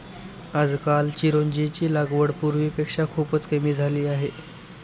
आजकाल चिरोंजीची लागवड पूर्वीपेक्षा खूपच कमी झाली आहे